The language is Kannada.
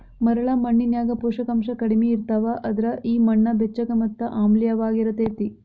ಮರಳ ಮಣ್ಣಿನ್ಯಾಗ ಪೋಷಕಾಂಶ ಕಡಿಮಿ ಇರ್ತಾವ, ಅದ್ರ ಈ ಮಣ್ಣ ಬೆಚ್ಚಗ ಮತ್ತ ಆಮ್ಲಿಯವಾಗಿರತೇತಿ